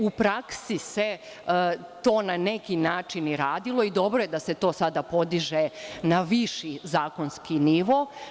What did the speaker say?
U praksi se to ne neki način i radilo i dobro je da se to sada podiže na viši zakonski nivo.